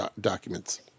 documents